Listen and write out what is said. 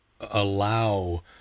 allow